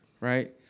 right